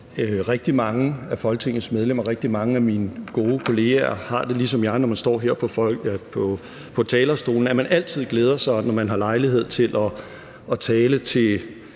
rigtig mange af Folketingets medlemmer, rigtig mange af mine gode kolleger, har det ligesom jeg, at man, når man står på en talerstol, altid glæder sig over at have lejlighed til at tale til